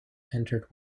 entered